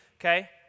Okay